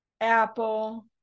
apple